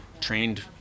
trained